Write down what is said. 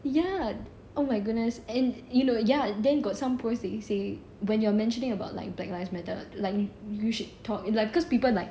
ya oh my goodness and you know ya then got some post they say when you are mentioning about black lives matter like you should talk like because people like